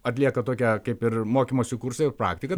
atlieka tokią kaip ir mokymosi kursą ir praktiką